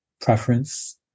preference